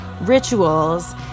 rituals